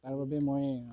তাৰ বাবেই মই